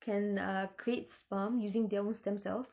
can uh create sperm using their own stem cells